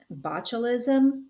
botulism